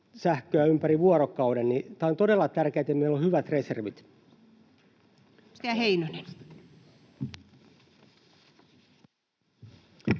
sähköä myös ympäri vuorokauden. Tämä on todella tärkeätä, että meillä on hyvät reservit. [Speech